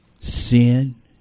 Sin